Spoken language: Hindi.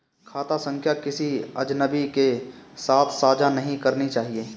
खाता संख्या किसी अजनबी के साथ साझा नहीं करनी चाहिए